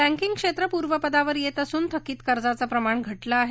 banking क्षेत्र पूर्वपदावर येत असून थकित कर्जाचं प्रमाण घटलं आहे